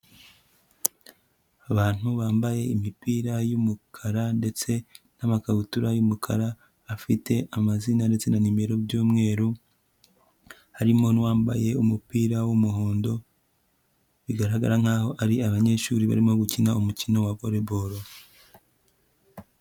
Abantu bambaye imipira y'umukara ndetse n'amakabutura y'umukara afite amazina ndetse na nimero by'umweru, harimo n'uwambaye umupira w'umuhondo, bigaragara nkaho ari abanyeshuri barimo gukina umukino wa volley ball.